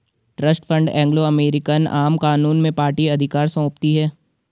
trust fund Anglo American आम कानून में पार्टी अधिकार सौंपती है